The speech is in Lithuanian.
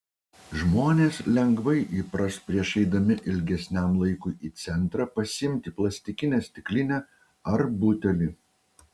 žmonės lengvai įpras prieš eidami ilgesniam laikui į centrą pasiimti plastikinę stiklinę ar butelį